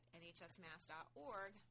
nhsmass.org